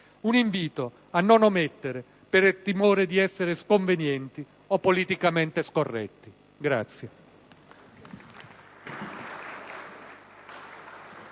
Un invito a non omettere per timore di essere sconvenienti o politicamente scorretti.